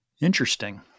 Interesting